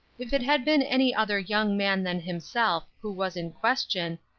if it had been any other young man than himself, who was in question,